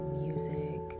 music